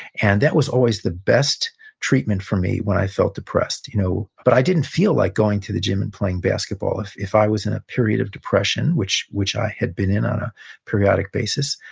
and that was always the best treatment for me when i felt depressed. you know, but i didn't feel like going to the gym and playing basketball. if if i was in a period of depression, which which i had been in on a period basis,